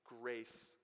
grace